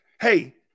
hey